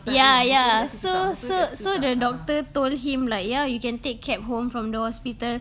ya ya so so so the doctor told him like ya you can take cab home from the hospital